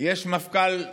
יש מפכ"ל בחוץ,